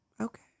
Okay